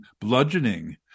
bludgeoning